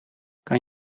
kan